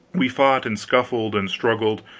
we fought and scuffled and struggled,